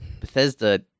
Bethesda